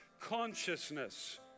consciousness